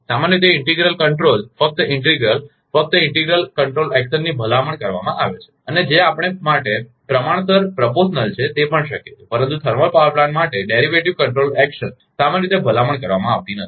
સામાન્ય રીતે integral control ફક્ત ઇન્ટિગ્રલ ફક્ત ઇન્ટિગ્રલ કંટ્રોલ એક્શનની ભલામણ કરવામાં આવે છે અને અને જે આપણી પાસે પ્રમાણસરપ્રપોશનલ છે તે પણ શક્ય છે પરંતુ થર્મલ પાવર પ્લાન્ટ માટે ડેરિવેટિવ કંટ્રોલ એક્શન સામાન્ય રીતે ભલામણ કરવામાં આવતી નથી